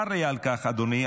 צר לי על כך, אדוני.